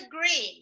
Green